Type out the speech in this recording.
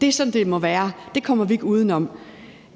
Det er sådan, det må være. Det kommer vi ikke udenom.